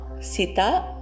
Sita